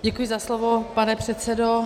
Děkuji za slovo, pane předsedo.